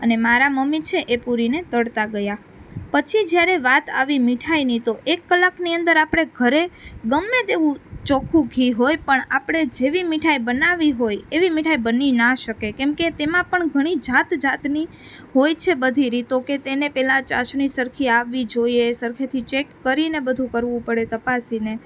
અને મારાં મમ્મી છે એ પુરીને તળતાં ગયાં પછી જ્યારે વાત આવી મીઠાઇની તો એક કલાકની અંદર આપણે ઘરે ગમે તેવું ચોખ્ખું ઘી હોય પણ આપણે જેવી મીઠાઇ બનાવવી હોય એવી મીઠાઇ બની ન શકે કેમ કે તેમાં પણ ઘણી જાત જાતની હોય છે બધી રીતો કે તેને પહેલાં ચાસણી સરખી આવવી જોઈએ સરખેથી ચેક કરીને બધું કરવું પડે તપાસીને